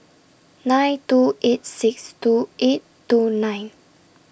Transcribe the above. nine two eight six two eight two nine